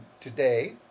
today